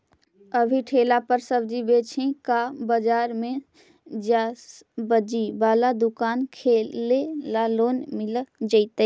अभी ठेला पर सब्जी बेच ही का बाजार में ज्सबजी बाला दुकान खोले ल लोन मिल जईतै?